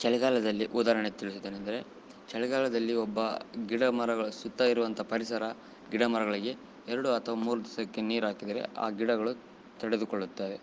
ಚಳಿಗಾಲದಲ್ಲಿ ಉದಾಹರ್ಣೆ ತಿಳಿದುದು ಏನೆಂದರೆ ಚಳಿಗಾಲದಲ್ಲಿ ಒಬ್ಬ ಗಿಡ ಮರಗಳ ಸುತ್ತ ಇರುವಂಥ ಪರಿಸರ ಗಿಡ ಮರಗಳಿಗೆ ಎರಡು ಅಥವ್ ಮೂರು ದಿವಸಕ್ಕೆ ನೀರಾಕಿದರೆ ಆ ಗಿಡಗಳು ತಡೆದುಕೊಳ್ಳುತ್ತವೆ